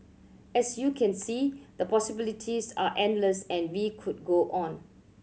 as you can see the possibilities are endless and we could go on